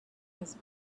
his